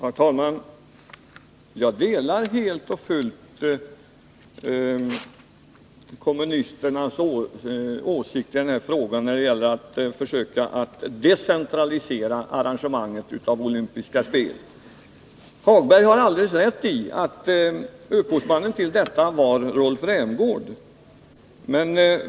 Herr talman! Jag delar helt och fullt kommunisternas åsikter när det gäller att försöka decentralisera arrangemangen av olympiska spel. Lars-Ove Hagberg har alldeles rätt i att upphovsmannen till denna idé var Rolf Rämgård.